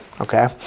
okay